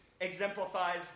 exemplifies